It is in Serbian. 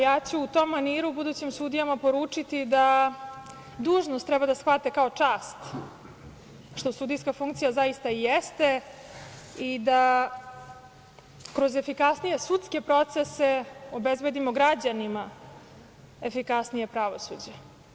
Ja ću u tom maniru budućim sudijama poručiti da dužnost treba da shvate kao čast, što sudijska funkcija zaista i jeste i da kroz efikasnije sudske procese obezbedimo građanima efikasnije pravosuđe.